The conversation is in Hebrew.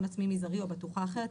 הון עצמי מזערי או בטוחה אחרת,